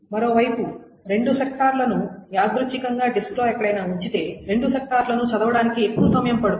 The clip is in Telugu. మరోవైపు రెండు సెక్టార్లను యాదృచ్ఛికంగా డిస్క్లో ఎక్కడైనా ఉంచితే రెండు సెక్టార్లను చదవడానికి ఎక్కువ సమయం పడుతుంది